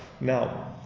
Now